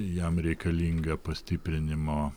jam reikalinga pastiprinimo